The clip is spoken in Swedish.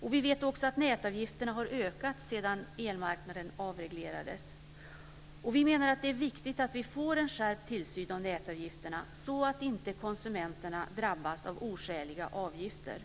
Vi vet också att nätavgifterna har ökat sedan elmarknaden avreglerades. Vi menar att det är viktigt att vi får en skärpt tillsyn av nätavgifterna, så att konsumenterna inte drabbas av oskäliga avgifter.